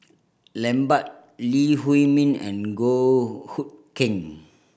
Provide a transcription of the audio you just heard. Lambert Lee Huei Min and Goh Hood Keng